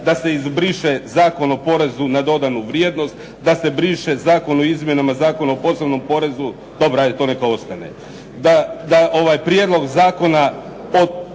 Da se izbriše Zakon o porezu na dodanu vrijednost, da se briše Zakon o izmjenama Zakona o posebnom porezu, dobro ajde to neka ostane. Da ovaj Prijedlog zakona o